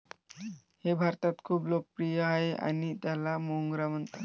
हे भारतात खूप लोकप्रिय आहे आणि त्याला मोगरा म्हणतात